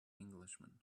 englishman